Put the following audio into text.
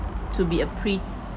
to be a pre